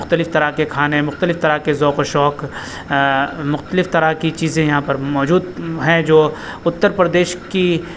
مختلف طرح کے کھانے مختلف طرح کے ذوق شوق مختلف طرح کی چیزیں یہاں پر موجود ہیں جو اتر پردیش کی